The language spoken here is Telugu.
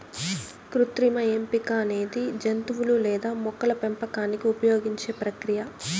కృత్రిమ ఎంపిక అనేది జంతువులు లేదా మొక్కల పెంపకానికి ఉపయోగించే ప్రక్రియ